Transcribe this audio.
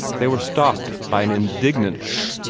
they were stopped by an indignant sh-h!